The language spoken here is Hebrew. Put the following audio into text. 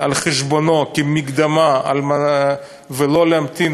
על חשבונו כמקדמה כדי לא להמתין.